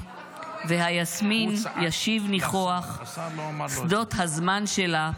/ והיסמין ישיב ניחוח / שדות הזמן שלה,